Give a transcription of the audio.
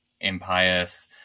impious